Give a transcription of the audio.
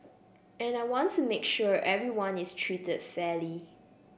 and I want to make sure everyone is treated fairly